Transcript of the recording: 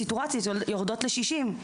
הסטורציות יורדות ל-60.